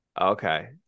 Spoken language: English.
Okay